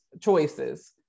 choices